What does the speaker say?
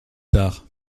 tard